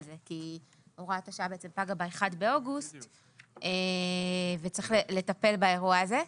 זה כי הוראת השעה פגה ב-1 באוגוסט וצריך לטפל באירוע הזה.